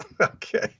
Okay